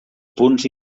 punts